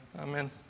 amen